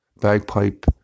bagpipe